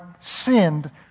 sinned